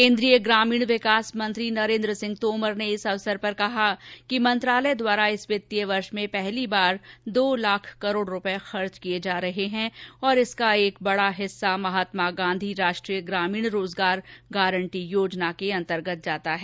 केंद्रीय ग्रामीण विकास मंत्री नरेंद्र सिंह तोमर ने इस अवसर पर कहा कि मंत्रालय द्वारा इस वित्तीय वर्ष में पहली बार दो लाख करोड़ रुपये खर्च किए जा रहे हैं और इसका एक बड़ा हिस्सा महात्मा गांधी राष्ट्रीय ग्रामीण रोजगार गारंटी योजना में जाता है